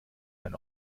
ein